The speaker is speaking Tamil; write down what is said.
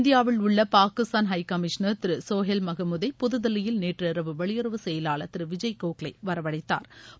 இந்தியாவில் உள்ள பாகிஸ்தான் ஹை கமிஷனா் திரு சோஹை மகமூதை புதுதில்லியில் நேற்றிரவு வெளியுறவு செயலாளர் திரு விஜய் கோகலே வரவழைத்தாா்